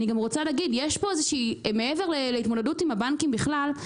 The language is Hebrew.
אני גם רוצה להגיד שמעבר להתמודדות עם הבנקים בכלל,